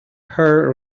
her